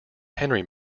henry